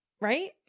right